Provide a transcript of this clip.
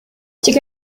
take